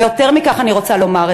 ויותר מכך אני רוצה לומר,